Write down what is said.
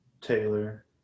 Taylor